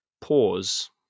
pause